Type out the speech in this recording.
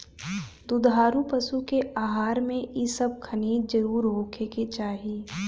दुधारू पशु के आहार में इ सब खनिज जरुर होखे के चाही